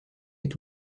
est